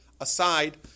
aside